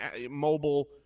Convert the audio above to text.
mobile